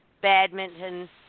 badminton